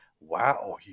Wow